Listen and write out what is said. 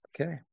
Okay